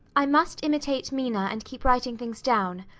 i must imitate mina, and keep writing things down.